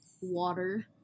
Water